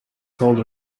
sold